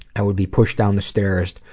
i would be pushed down the stairs,